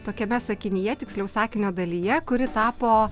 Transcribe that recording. tokiame sakinyje tiksliau sakinio dalyje kuri tapo